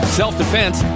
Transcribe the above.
self-defense